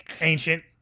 ancient